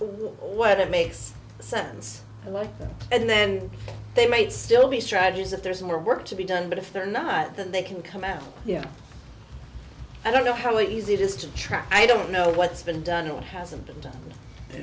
it makes sense to like them and then they might still be strategies that there's more work to be done but if they're not that they can come out you know i don't know how easy it is to track i don't know what's been done or what hasn't been done